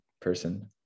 person